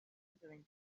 interviews